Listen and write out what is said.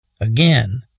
again